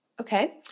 Okay